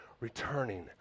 returning